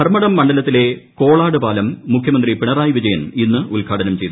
ധർമ്മടം മണ്ഡലത്തിലെ കോളാട് പറ്റ്ലൂ് മുഖ്യമന്ത്രി പിണറായി വിജ യൻ ഇന്ന് ഉദ്ഘാടനം ചെയ്തു